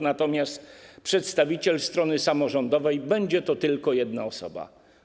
Natomiast przedstawiciel strony samorządowej to będzie tylko jedna osoba.